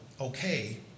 okay